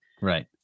right